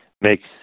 Makes